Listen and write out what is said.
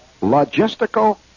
logistical